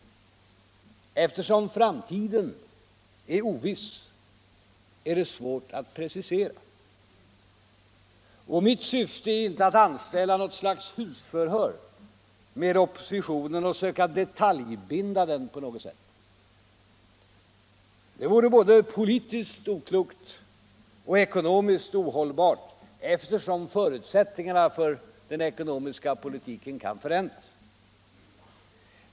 Eftersom framtiden är oviss är det svårt att precisera. Och mitt syfte är inte att anställa något slags husförhör med oppositionen och söka detaljbinda den. Det vore både politiskt oklokt och ekonomiskt ohållbart, eftersom förutsättningarna för den ekonomiska politiken kan förändras.